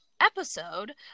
episode